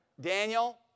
Daniel